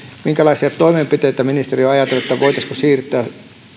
minkälaisia toimenpiteitä ministeri on ajatellut voitaisiinko siirtää